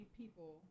people